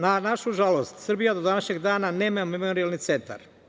Na našu žalost, Srbija do današnjeg dana nema memorijalni centar.